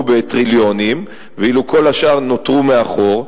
בטריליונים ואילו כל השאר נותרו מאחור,